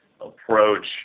approach